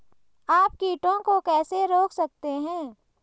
आप कीटों को कैसे रोक सकते हैं?